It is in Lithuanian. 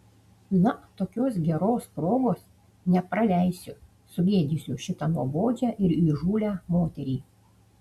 na tokios geros progos nepraleisiu sugėdysiu šitą nuobodžią ir įžūlią moterį